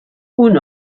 uno